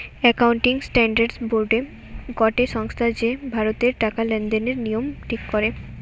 accounting standard board গটে সংস্থা যে ভারতের টাকা লেনদেনের নিয়ম ঠিক করে